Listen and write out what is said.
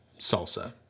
salsa